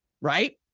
right